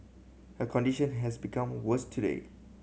her condition has become worse today